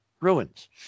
ruins